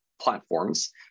platforms